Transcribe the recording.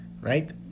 right